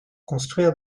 construire